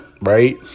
right